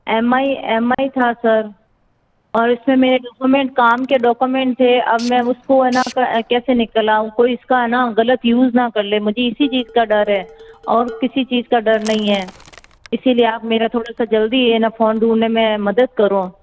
M I M I था sir और उसमें मेरे डॉकोमेंट्स काम के डॉकोमेंट्स थे अब मैं उसको है ना कैसे निकलवाऊं कोई उसका है ना गलत यूज़ ना कर ले मुझे इसी चीज़ का डर है और किसी चीज़ का डर नहीं है इसीलिए आप मेरा थोड़ा सा जल्दी है ना फोन ढूंढने में मदद करो